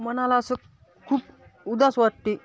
मनाला असं खूप उदास वाटते